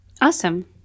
Awesome